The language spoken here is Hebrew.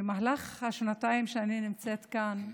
במהלך השנתיים שאני נמצאת כאן,